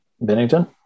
Bennington